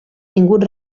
tingut